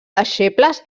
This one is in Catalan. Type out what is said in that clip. deixebles